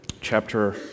chapter